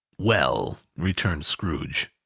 well! returned scrooge,